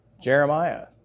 Jeremiah